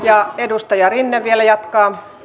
ja edustaja rinne vielä jatkaa